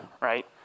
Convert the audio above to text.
right